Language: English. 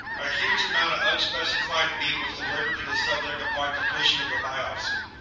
a huge amount of unspecified meat was delivered to the subject upon completion of the biopsy.